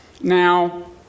Now